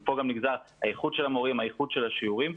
ומפה גם נגזרת האיכות של המורים והאיכות של השיעורים,